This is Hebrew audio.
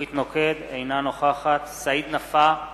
אינה נוכחת סעיד נפאע,